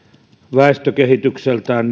väestökehitykseltään